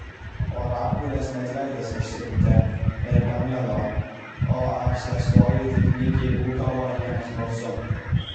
orakulės net veidas išsipūtė ir pamėlo o apsėstoji tik nykiai ūkavo hienos balsu